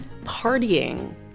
partying